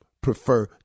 prefer